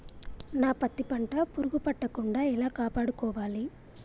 నా పత్తి పంట పురుగు పట్టకుండా ఎలా కాపాడుకోవాలి?